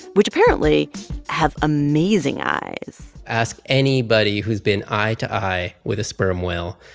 which apparently have amazing eyes ask anybody who's been eye-to-eye with a sperm whale.